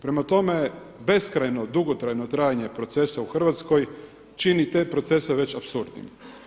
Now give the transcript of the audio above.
Prema tome, beskrajno dugotrajno trajanje procesa u Hrvatskoj čini te procese već apsurdnim.